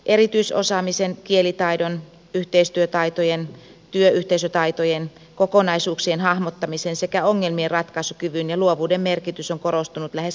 erityisosaamisen kielitaidon yhteistyötaitojen työyhteisötaitojen kokonaisuuksien hahmottamisen sekä ongelmienratkaisukyvyn ja luovuuden merkitys on korostunut lähes kaikessa työssä